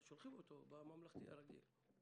אז שולחים אותו לחינוך הממלכתי הרגיל.